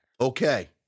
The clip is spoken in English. Okay